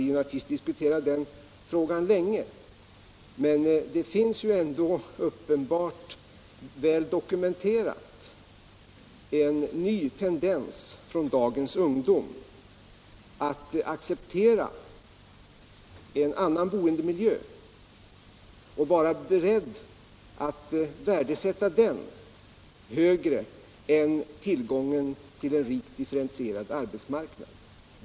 Men det finns en ny tendens — och den är väl dokumenterad — hos dagens ungdom att värdesätta boendemiljön högre än tillgången till en rikt differentierad arbetsmarknad.